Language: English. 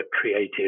creative